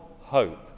hope